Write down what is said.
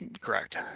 Correct